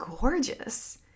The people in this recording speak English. gorgeous